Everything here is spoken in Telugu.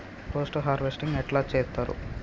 పోస్ట్ హార్వెస్టింగ్ ఎట్ల చేత్తరు?